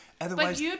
Otherwise